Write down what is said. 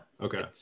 Okay